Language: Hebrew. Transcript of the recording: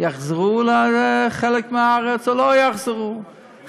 יחזרו לחלק מהארץ או לא יחזרו,